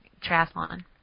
triathlon